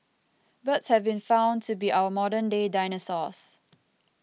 birds have been found to be our modern day dinosaurs